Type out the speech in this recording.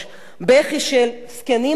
הבכי של הזקנים הארמנים,